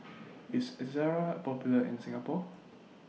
IS Ezerra Popular in Singapore